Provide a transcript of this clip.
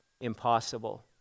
impossible